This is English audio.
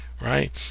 right